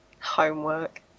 homework